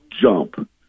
jump